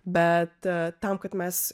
bet tam kad mes